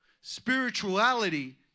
Spirituality